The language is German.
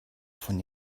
von